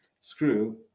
screw